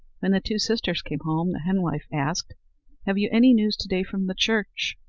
when the two sisters came home the henwife asked have you any news to-day from the church?